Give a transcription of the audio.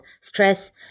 stress